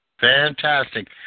Fantastic